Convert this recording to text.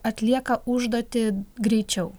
atlieka užduotį greičiau